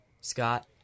Scott